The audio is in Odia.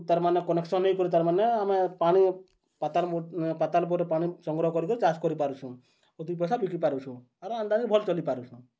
ତାର୍ମାନେ କନେକ୍ସନ୍ ନେଇକରି ତାର୍ମାନେ ଆମେ ପାଣି ପାତାଲ୍ ପାତାଲ ବୋରିଙ୍ଗ୍ ପାଣି ସଂଗ୍ରହ କରିକରି ଚାଷ୍ କରିପାରୁଛୁଁ ଦୁଇ ପଏସା ବିକି ପାରୁଛୁ ଆର୍ ଏନ୍ତା ବି ଭଲ୍ ଚଲିପାରୁଛୁଁ